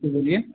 तो बोलिए